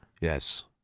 Yes